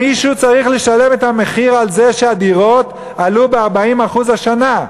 מישהו צריך לשלם את המחיר הזה שהדירות עלו ב-40% השנה.